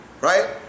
right